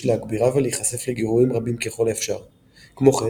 יש להגבירה ולהיחשף לגירויים רבים ככל האפשר; כמו כן